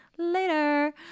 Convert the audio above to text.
later